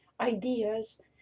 ideas